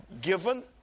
given